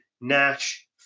NASH